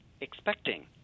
expecting